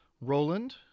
Roland